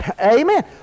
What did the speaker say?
Amen